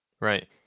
Right